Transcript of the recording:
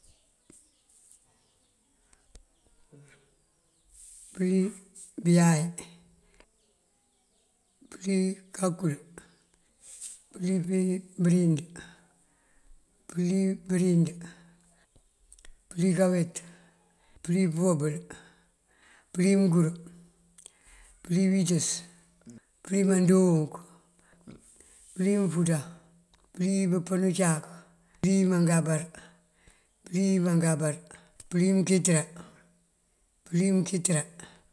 Pёlí biyáay, pёlí kapύul, pёlí pibёrind, pёlí pibёrind, pёlí kaweet, pёlí pёwёbёl, pёlí mёngur, pёlí bёwiţёs, pёlí mandúunk, pёlí manfuţar, pёlí pёpёn ucáak, pёlí mangámbar, pёlí mangámbar, pёlí mёnkitёrá, pёlí mёnkitёrá.